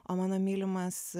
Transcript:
o mano mylimas